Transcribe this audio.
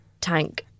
tank